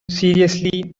seriously